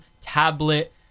tablet